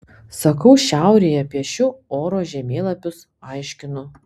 sakau šiaurėje piešiu oro žemėlapius aiškinu